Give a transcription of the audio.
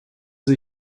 sie